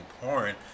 porn